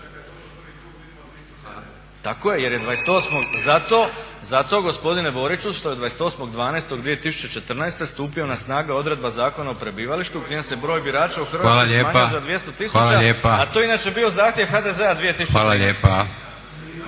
Boriću što je 28.12.2014. stupila na snagu odredba Zakona o prebivalištu kojom se broj birača u Hrvatskoj smanjio za 200 000, a to je inače bio zahtjev HDZ-a 2013. **Leko,